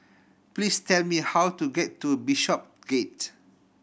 please tell me how to get to Bishopsgate